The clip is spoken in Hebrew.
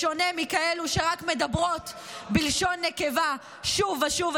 בשונה מכאלה שרק מדברות בלשון נקבה שוב ושוב ושוב,